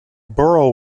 borough